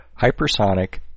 hypersonic